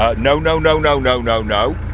ah no no no no no no no,